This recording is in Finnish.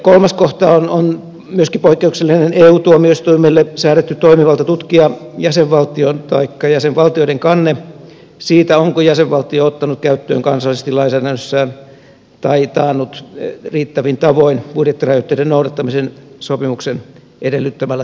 kolmas kohta on myöskin poikkeuksellinen eu tuomioistuimelle säädetty toimivalta tutkia jäsenvaltion taikka jäsenvaltioiden kanne siitä onko jäsenvaltio ottanut käyttöön kansallisesti lainsäädännössään tai taannut riittävin tavoin budjettirajoitteiden noudattamisen sopimuksen edellyttämällä tavalla